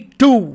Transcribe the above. two